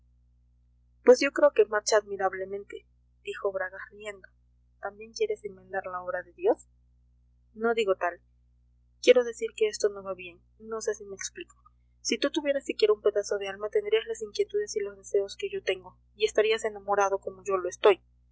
pues yo creo que marcha admirablemente dijo bragas riendo también quieres enmendar la obra de dios no digo tal quiero decir que esto no va bien no sé si me explico si tú tuvieras siquiera un pedazo de alma tendrías las inquietudes y los deseos que yo tengo y estarías enamorado como yo lo estoy